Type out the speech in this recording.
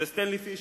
זה סטנלי פישר,